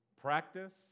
Practice